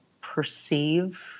perceive